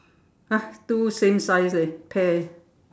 !huh! two same size eh pair